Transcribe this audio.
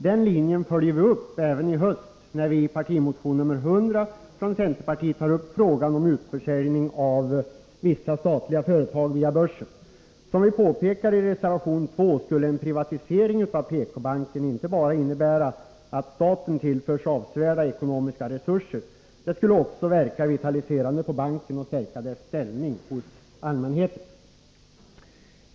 Den linjen följer vi upp i höst, när vi i partimotionen nr 100 från centerpartiet tar upp frågan om utförsäljning av vissa statliga företag via börsen. Som vi påpekar i reservation 2, skulle en privatisering av PK-banken inte bara innebära att staten tillförs avsevärda ekonomiska resurser, det skulle också verka vitaliserande på banken och stärka dess ställning hos allmänheten.